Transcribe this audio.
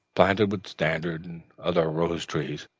planted with standard and other rose trees,